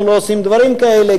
אנחנו לא עושים דברים כאלה,